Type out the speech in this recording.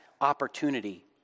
opportunity